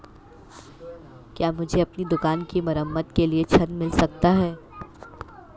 क्या मुझे अपनी दुकान की मरम्मत के लिए ऋण मिल सकता है?